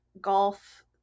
golf